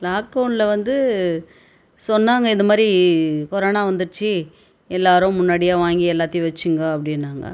லாக்டௌனில் வந்து சொன்னாங்க இந்த மாதிரி கொரோனா வந்துடுச்சு எல்லோரும் முன்னாடியே வாங்கி எல்லாத்தையும் வச்சிங்கோ அப்படின்னாங்க